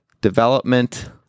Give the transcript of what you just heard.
development